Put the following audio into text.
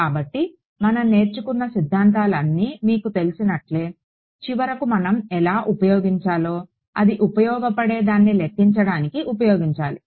కాబట్టి మనం నేర్చుకున్న సిద్ధాంతాలన్నీ మీకు తెలిసినట్లే చివరకు మనం ఎలా ఉపయోగించాలో అది ఉపయోగపడేదాన్ని లెక్కించడానికి ఉపయోగించాలి